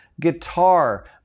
guitar